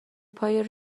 پای